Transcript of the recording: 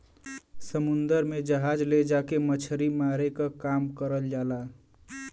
समुन्दर में जहाज ले जाके मछरी मारे क काम करल जाला